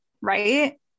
Right